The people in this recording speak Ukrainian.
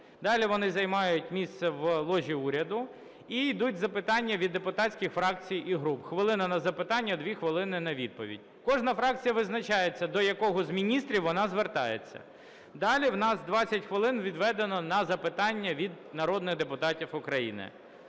Далі вони займають місце в ложі уряду. І йдуть запитання від депутатських фракцій і груп: хвилина – на запитання, 2 хвилини – на відповідь. Кожна фракція визначається, до якого з міністрів вона звертається. Далі у нас 20 хвилин відведено на запитання від народних депутатів України.